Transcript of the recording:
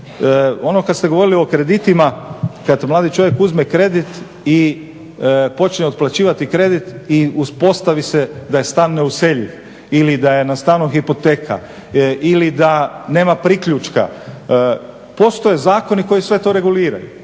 Ono kada ste govorili o kreditima kada mladi čovjek uzme kredit i počne otplaćivati kredit i uspostavi se da je stan neuseljiv ili da je nad stanom hipoteka ili da nema priključka, postoje zakoni koji sve to reguliraju.